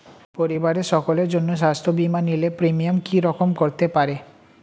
পরিবারের সকলের জন্য স্বাস্থ্য বীমা নিলে প্রিমিয়াম কি রকম করতে পারে?